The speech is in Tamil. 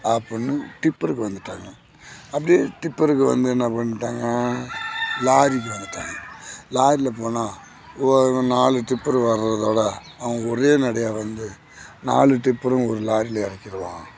அப்படினு ட்ப்பருக்கு வந்து விட்டாங்க அப்படியே ட்ப்பருக்கு வந்து என்ன பண்ணி விட்டாங்க லாரிக்கு வந்து விட்டாங்க லாரியில போனா ஒரு நாலு ட்ப்பரு வரதை விட அவங்க ஒரே நடையாக வந்து நாலு ட்ப்பரும் ஒரு லாரியில இறக்கிடுவான்